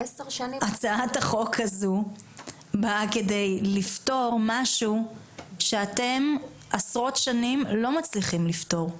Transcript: הצעת החוק הזו באה כדי לפתור משהו שאתם עשרות שנים לא מצליחים לפתור.